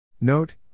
Note